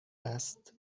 است